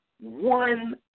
one